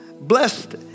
blessed